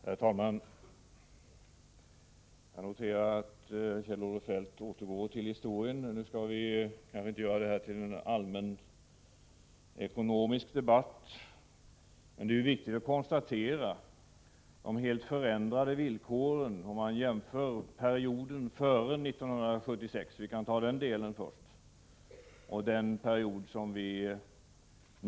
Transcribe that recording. Herr talman! Jag noterar att Kjell-Olof Feldt återgår till historien. Nu skall vi inte göra denna debatt till en allmänekonomisk debatt, men det är viktigt att konstatera de helt förändrade villkoren, om man jämför situationen före 1976 med den situation som vi nu befinner oss i.